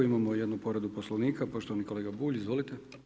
Imamo jednu povredu Poslovnika, poštovani kolega Bulj, izvolite.